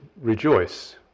rejoice